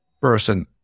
person